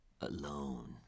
Alone